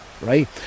right